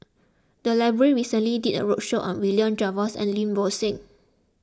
the library recently did a roadshow on William Jervois and Lim Bo Seng